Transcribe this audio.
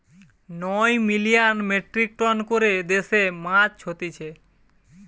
নয় million metric tonne করে দেশে মাছ হতিছে